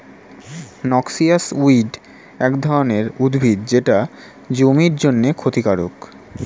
noxious weed এক ধরনের উদ্ভিদ যেটা জমির জন্যে ক্ষতিকারক